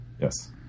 Yes